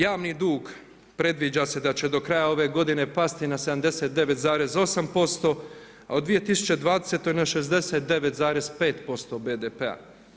Javni dug predviđa se da će do kraja ove godine pasti na 79,8%, a u 2020. na 69,5% BDP-a.